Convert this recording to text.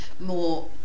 more